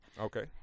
Okay